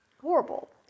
Horrible